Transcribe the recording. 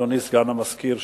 אדוני סגן המזכיר,